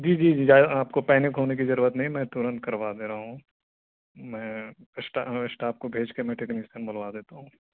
جی جی جی ج آپ کو پینک ہونے کی ضرورت نہیں میں ترنت کروا دے رہا ہوں میں اسٹا اسٹاف کو بھیج کے میں ٹیکنیشین بلوا دیتا ہوں